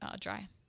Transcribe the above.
dry